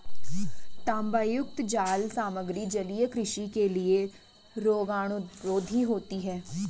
तांबायुक्त जाल सामग्री जलीय कृषि के लिए रोगाणुरोधी होते हैं